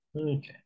okay